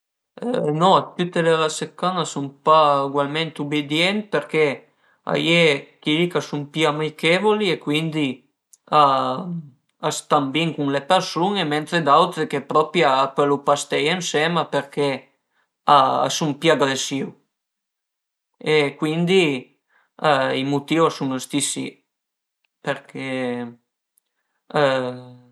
No tüte le rase dë can a sun pa ugualment ubidient përché a ie chi ch'a sun pi amichevoli e cuindi a stan bin cun le persun-e mentre d'autre chë propi a pölu propi pa steie ënsema përché a sun pi agresìu e cuindi i mutìu a sun sti si përché